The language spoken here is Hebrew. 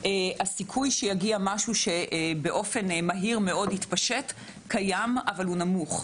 הסיכוי שיגיע משהו שבאופן מהיר מאוד יתפשט קיים אבל הוא נמוך.